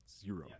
zero